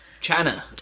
China